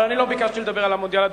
אבל אני לא ביקשתי לדבר על המונדיאל.